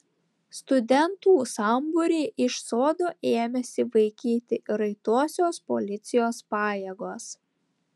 studentų sambūrį iš sodo ėmėsi vaikyti raitosios policijos pajėgos